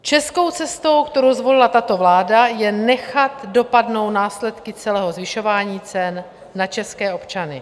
Českou cestou, kterou zvolila tato vláda, je nechat dopadnout následky celého zvyšování cen na české občany.